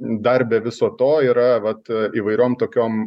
dar be viso to yra vat įvairiom tokiom